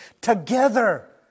together